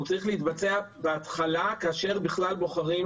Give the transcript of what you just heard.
הוא צריך להתבצע בהתחלה כאשר בכלל בוחרים